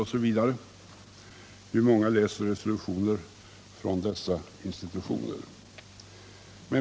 Hur många läser t.ex. resolutioner från dessa institutioner?